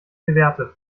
gewertet